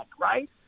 right